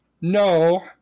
No